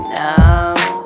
now